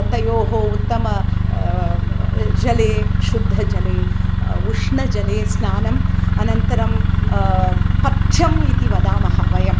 तयोः उत्तमजले शुद्धजले उष्णजले स्नानम् अनन्तरं पथ्यम् इति वदामः वयम्